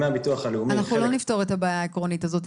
דמי הביטוח הלאומי --- אנחנו לא נפתור את הבעיה העקרונית הזאת.